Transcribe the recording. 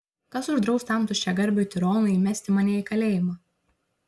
kas uždraus tam tuščiagarbiui tironui įmesti mane į kalėjimą